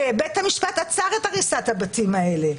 שבית המשפט עצר את הריסת הבתים האלה,